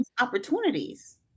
opportunities